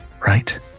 Right